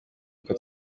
uko